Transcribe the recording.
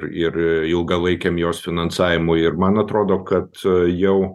ir ilgalaikiam jos finansavimui ir man atrodo kad jau